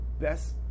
best